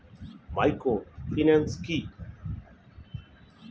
Microfinance কি?